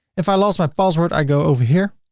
if i lost my password, i go over here